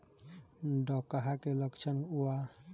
डकहा के लक्षण का वा?